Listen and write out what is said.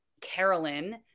Carolyn